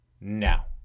Now